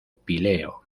píleo